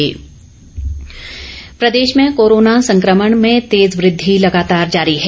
Himachal corona Pradesh में corona संक्रमण में तेज़ वृद्धि लगातार जारी है